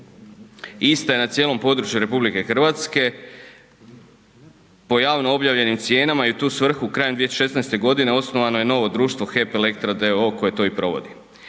ista je na cijelom području RH, po javno objavljenim cijenama i u tu svrhu krajem 2016. godine osnovano je novo društvo HEP-Elektra d.o.o. koje to i provodi.